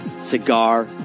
Cigar